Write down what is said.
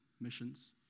missions